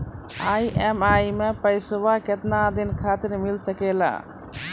EMI मैं पैसवा केतना दिन खातिर मिल सके ला?